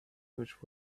which